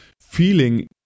feeling